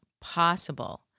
possible